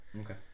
Okay